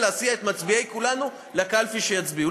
להסיע את מצביעי כולנו לקלפי שיצביעו.